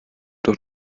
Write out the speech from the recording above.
doch